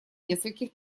нескольких